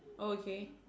oh okay